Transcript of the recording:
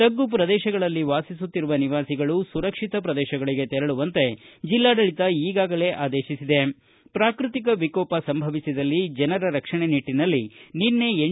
ತಗ್ಗು ಪ್ರದೇಶಗಳಲ್ಲಿ ವಾಸಿಸುತ್ತಿರುವ ನಿವಾಸಿಗಳು ಸುರಕ್ಷಿತ ಪ್ರದೇಶಗಳಿಗೆ ತೆರಳುವಂತೆ ಜಿಲ್ನಾಡಳಿತ ಈಗಾಗಲೇ ಆದೇಶಿಸಿದ್ದು ಪ್ರಾಕೃತಿಕ ವಿಕೋಪ ಸಂಭವಿಸಿದಲ್ಲಿ ಜನರ ರಕ್ಷಣೆ ನಿಟ್ಟನಲ್ಲಿ ನಿನ್ನೆ ಎನ್